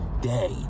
day